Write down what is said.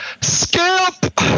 Skip